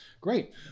Great